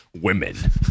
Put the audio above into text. Women